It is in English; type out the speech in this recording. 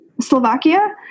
Slovakia